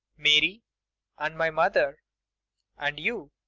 mary and my mother and you,